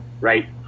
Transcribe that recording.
right